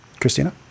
Christina